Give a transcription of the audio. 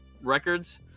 records